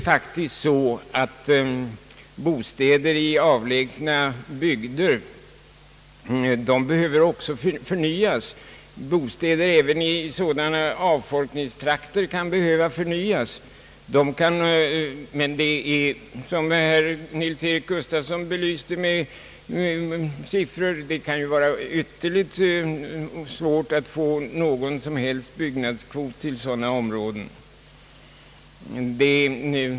även bostäder i avlägsna bygder och avfolkningstrakter behöver faktiskt förnyas, men det kan som herr Nils-Eric Gustafsson belyste med siffror vara ytterligt svårt att få någon som helst byggnadskvot till sådana områden.